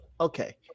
okay